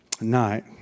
night